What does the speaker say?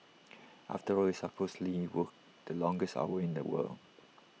after all we supposedly work the longest hours in the world